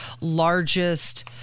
largest